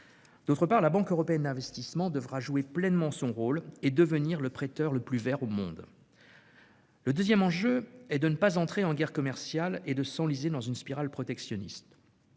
Dans ce cadre, la Banque européenne d'investissement devra jouer pleinement son rôle et devenir le prêteur le plus vert au monde. Le deuxième enjeu est d'éviter l'entrée en guerre commerciale et l'enlisement dans une spirale protectionniste.